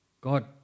God